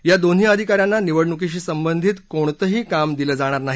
या दोन्ही अधिका यांना निवडणुकीशी संबंधित कुठलंही काम दिलं जाणार नाही